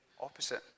opposite